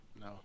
No